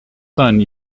son